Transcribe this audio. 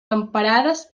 temperades